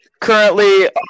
Currently